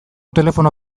telefono